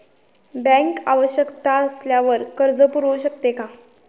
Bank आवश्यकता असल्यावर कर्ज पुरवू शकते का?